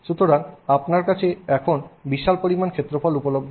সুতরাং আপনার কাছে এখন বিশাল পরিমাণ ক্ষেত্রফল উপলব্ধ